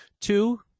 two